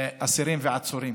אסירים ועצורים,